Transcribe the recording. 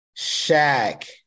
Shaq